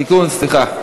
תיקון, סליחה.